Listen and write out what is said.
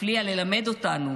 שהפליאה ללמד אותנו